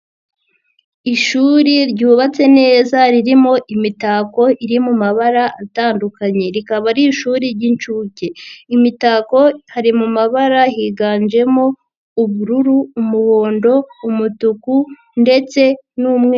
Ishuri ryubatse neza ririmo imitako iri mu mabara atandukanye, rikaba ari ishuri ry'inshuke, imitako hari mu mabara higanjemo ubururu, umuhondo, umutuku ndetse n'umweru.